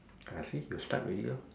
ah see you start already lor